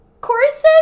courses